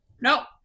No